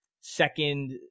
second